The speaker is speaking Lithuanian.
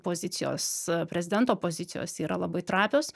pozicijos prezidento pozicijos yra labai trapios